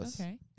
Okay